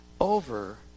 over